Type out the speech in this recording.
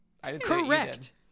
Correct